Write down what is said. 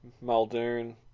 Muldoon